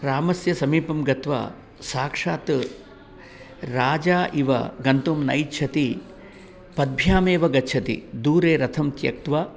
रामस्य समीपं गत्वा साक्षात् राजा इव गन्तुं न इच्छति पद्भ्यामेव गच्छति दूरे रथं त्यक्त्वा